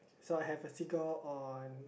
so I have a figure on